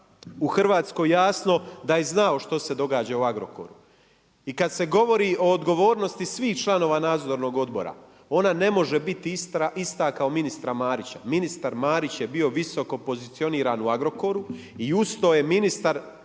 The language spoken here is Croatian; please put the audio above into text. u Hrvatskoj jasno da je znao što se događa u Agrokoru. I kad se govori o odgovornosti svih članova Nadzornog odbora ona ne može biti ista kao ministra Marića. Ministar Marić je bio visoko pozicioniran u Agrokoru i uz to je ministar